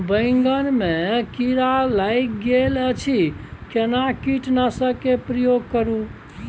बैंगन में कीरा लाईग गेल अछि केना कीटनासक के प्रयोग करू?